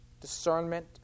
discernment